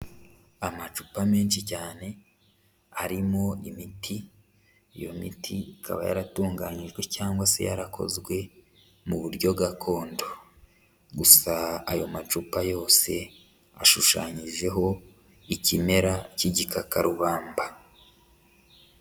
Amacupa menshi cyane arimo imiti, iyo miti ikaba yaratunganyijwe cyangwa se yarakozwe mu buryo gakondo, gusa ayo macupa yose ashushanyijeho ikimera cy'igikakarubamba.